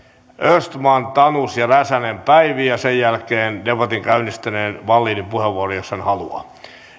östman tanus ja räsänen päivi ja sen jälkeen debatin käynnistäneen wallinin puheenvuoro jos hän haluaa